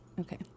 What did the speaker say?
Okay